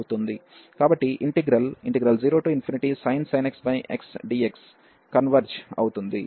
కాబట్టి integral 0sin x xdx converge అవుతుంది